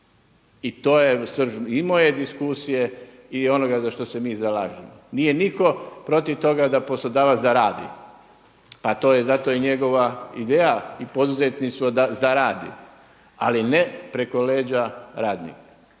I to je srž i moje diskusije i onoga za što se mi zalažemo. Nije nitko protiv toga da poslodavac zaradi, pa to je njegova ideja i poduzetni su da zaradi, ali ne preko leđa radnika,